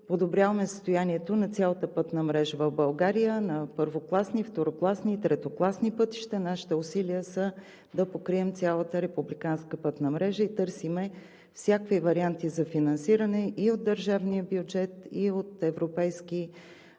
подобряваме състоянието на цялата пътна мрежа в България – първокласни, второкласни и третокласни пътища. Нашите усилия са да покрием цялата републиканска пътна мрежа. Търсим всякакви варианти за финансиране и от държавния бюджет, и от европейски